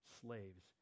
slaves